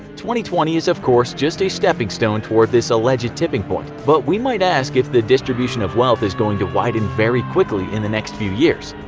twenty twenty is of course just a stepping stone towards this alleged tipping point, but we might ask if the distribution of wealth is going to widen very quickly in the next few years.